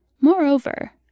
Moreover